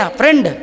friend